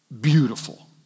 beautiful